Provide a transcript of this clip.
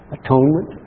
atonement